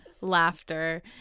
laughter